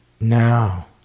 now